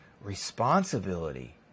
responsibility